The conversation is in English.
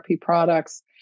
products